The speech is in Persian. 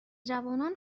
جوانان